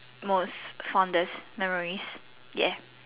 most fondest memories ya